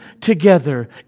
together